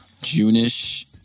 June-ish